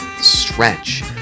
stretch